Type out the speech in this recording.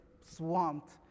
swamped